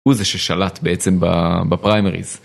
הוא זה ששלט בעצם בפריימריז.